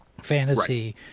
fantasy